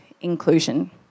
inclusion